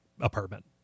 apartment